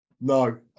no